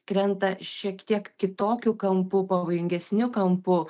krenta šiek tiek kitokiu kampu pavojingesniu kampu